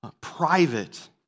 private